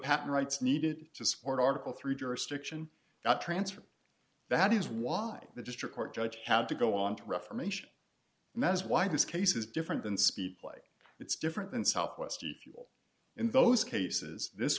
patent rights needed to support article three jurisdiction the transfer that is why the district court judge had to go on to reformation and that is why this case is different than speedplay it's different than southwest if you will in those cases this